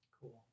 Cool